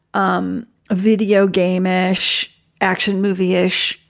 um a video game, eshe action movie ish.